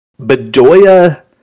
Bedoya